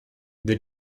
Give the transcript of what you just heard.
the